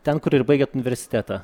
ten kur ir baigėt universitetą